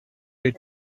their